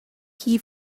key